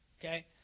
okay